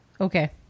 Okay